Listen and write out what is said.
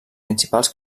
principals